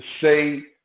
say